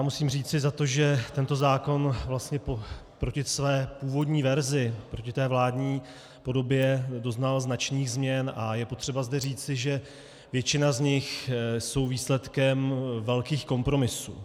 Musím říci za to, že tento zákon vlastně proti celé původní verzi, proti té vládní podobě, doznal značných změn, a je potřeba říci, že většina z nich jsou výsledkem velkých kompromisů.